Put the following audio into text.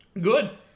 Good